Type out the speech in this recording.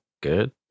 good